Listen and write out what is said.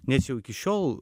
nes jau iki šiol